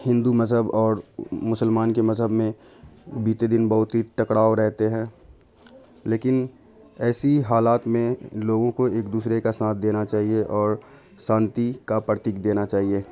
ہندو مذہب اور مسلمان کے مذہب میں بیتے دن بہت ہی ٹکڑاؤ رہتے ہیں لیکن ایسی حالات میں لوگوں کو ایک دوسرے کا سانتھ دینا چاہیے اور شانتی کا پرتیک دینا چاہیے